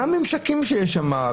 מה הממשקים שיש שם?